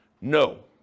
No